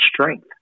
strength